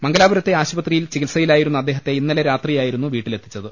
മംഗ ലാപുരത്തെ ആശുപത്രിയിൽ ചികിത്സയിലായിരുന്ന അദ്ദേഹത്തെ ഇന്നലെ രാത്രിയായിരുന്നു വീട്ടിൽ എത്തിച്ചത്